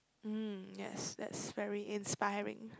um yes that's very inspiring